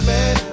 Man